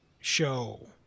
show